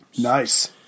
Nice